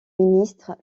ministres